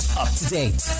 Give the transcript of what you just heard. up-to-date